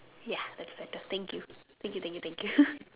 ya that's better thank you thank you thank you thank you